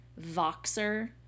Voxer